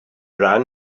ran